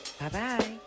Bye-bye